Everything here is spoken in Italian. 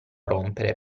rompere